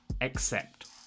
Accept